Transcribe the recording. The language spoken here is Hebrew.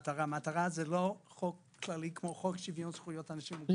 לא חוק כללי כמו חוק שוויון זכויות לאנשים עם מוגבלות,